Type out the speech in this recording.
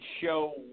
show